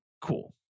Cool